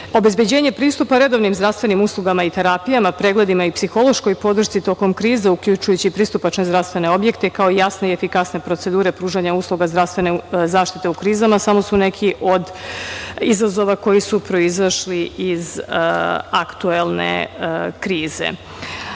drugo. Obezbeđenje pristupa redovnim zdravstvenim uslugama i terapijama, pregledima i psihološkoj podršci tokom krize, uključujući i pristupačne zdravstvene objekte, kao i jasne i efikasne procedure pružanja usluga zdravstvene zaštite u krizama samo su neki od izazova koji su proizašli iz aktuelne krize. Kada